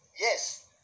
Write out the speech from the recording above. yes